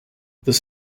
this